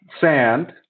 sand